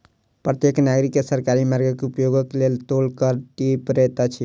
प्रत्येक नागरिक के सरकारी मार्गक उपयोगक लेल टोल कर दिअ पड़ैत अछि